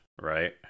right